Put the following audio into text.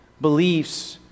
beliefs